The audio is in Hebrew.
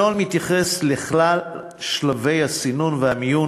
הנוהל מתייחס לשלל שלבי הסינון והמיון,